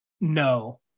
No